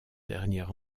dernier